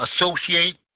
associate